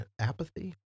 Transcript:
apathy